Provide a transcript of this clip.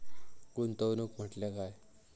गुंतवणूक म्हटल्या काय?